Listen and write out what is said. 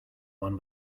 one